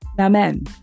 Amen